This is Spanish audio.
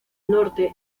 norte